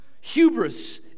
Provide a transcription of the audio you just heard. Hubris